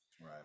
right